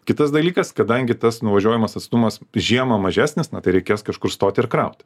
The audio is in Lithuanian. kitas dalykas kadangi tas nuvažiuojamas atstumas žiemą mažesnis na tai reikės kažkur stoti ir kraut